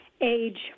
age